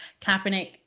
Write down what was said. Kaepernick